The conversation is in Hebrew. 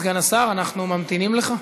אדוני סגן השר, אנחנו ממתינים לך.